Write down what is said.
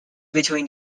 between